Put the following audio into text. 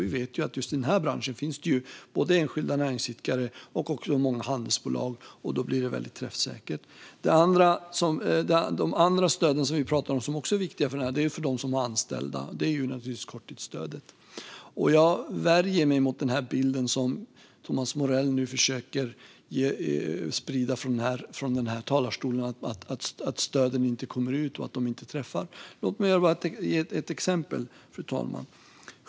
I den här branschen finns det både enskilda näringsidkare och många handelsbolag. Då blir det väldigt träffsäkert. De andra stöd som vi pratar om och som också är viktiga här gäller för dem som har anställda. Dit hör naturligtvis korttidsstödet. Jag värjer mig mot den bild som Thomas Morell nu försöker sprida från talarstolen: att stöden inte kommer ut och inte träffar. Låt mig ge ett exempel, fru talman!